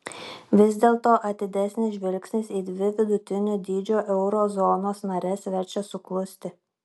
vis dėlto atidesnis žvilgsnis į dvi vidutinio dydžio euro zonos nares verčia suklusti